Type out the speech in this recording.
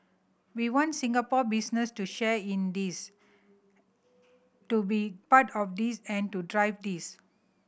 we want Singapore business to share in this to be part of this and to drive this